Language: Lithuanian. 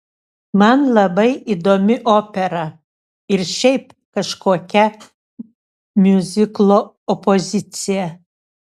man labai įdomi opera ir šiaip kažkokia miuziklo opozicija